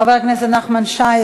חבר הכנסת נחמן שי,